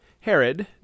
Herod